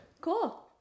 Cool